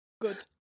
Good